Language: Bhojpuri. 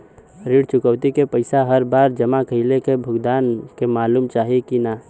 ऋण चुकौती के पैसा हर बार जमा कईला पर भुगतान के मालूम चाही की ना?